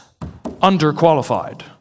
underqualified